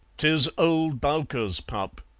tis old bowker's pup,